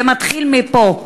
זה מתחיל מפה.